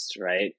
right